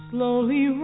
Slowly